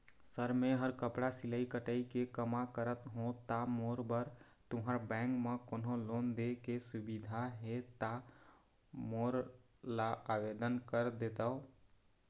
Sir मेहर कपड़ा सिलाई कटाई के कमा करत हों ता मोर बर तुंहर बैंक म कोन्हों लोन दे के सुविधा हे ता मोर ला आवेदन कर देतव?